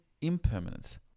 impermanence